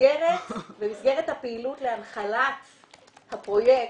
במסגרת הפעילות להנחלת הפרויקט,